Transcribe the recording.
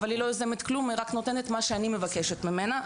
אבל היא לא יוזמת כלום היא רק נותנת מה שאני מבקשת ממנה.